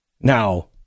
Now